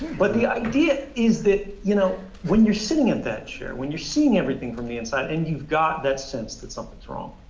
but the idea is that, you know when you're sitting in that chair, when you're seeing everything from the inside and you've got that sense that something's wrong.